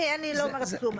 אני אין, אני לא אומרת כלום.